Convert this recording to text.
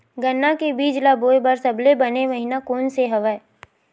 गन्ना के बीज ल बोय बर सबले बने महिना कोन से हवय?